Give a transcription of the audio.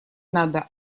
надо